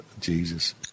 Jesus